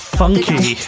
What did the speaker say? funky